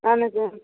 اَہَن حظ آ